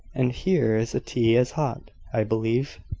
and here is tea as hot, i believe,